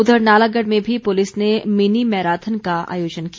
उधर नालागढ़ में भी पुलिस ने मिनी मैराथन का आयोजन किया